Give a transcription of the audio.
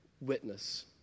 witness